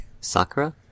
Sakura